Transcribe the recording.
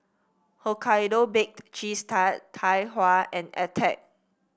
Hokkaido Baked Cheese Tart Tai Hua and Attack